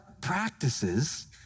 practices